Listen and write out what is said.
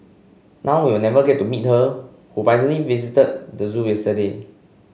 now we'll never get to meet her who finally visited the zoo yesterday